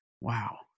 Wow